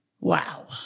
wow